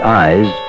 eyes